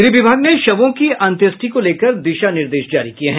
गृह विभाग ने शवों की अंत्येष्टि को लेकर दिशा निर्देश जारी किया है